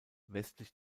westlich